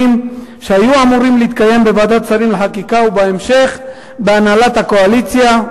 שהיו אמורים להתקיים בוועדת שרים לחקיקה ובהמשך בהנהלת הקואליציה.